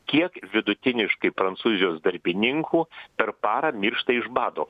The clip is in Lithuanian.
kiek vidutiniškai prancūzijos darbininkų per parą miršta iš bado